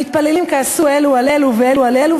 המתפללים כעסו אלו על אלו ואלו על אלו,